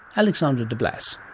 alexandra de blas.